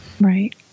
Right